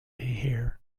here